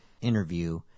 interview